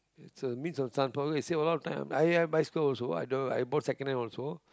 it's a me~ you see a lot of time I ride bicycle also I uh I bought second hand also